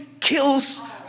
kills